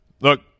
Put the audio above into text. Look